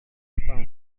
jepang